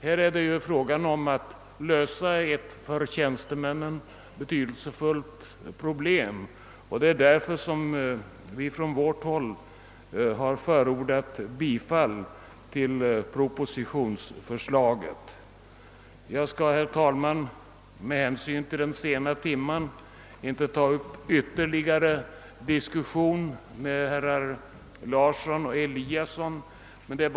Här är det ju fråga om att lösa ett för tjänstemännen betydelsefullt problem, och det är därför som vi från vårt håll har förordat bifall till propositionen. Med hänsyn till den sena timmen skall jag inte, herr talman, fortsätta diskussionen ytterligare med herrar Larsson i Stockholm och Eliasson i Sundborn.